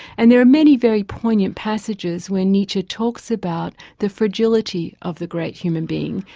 and there are many very poignant passages where nietzsche talks about the fragility of the great human being,